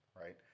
Right